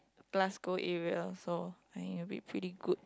plus go area so I think it will be pretty good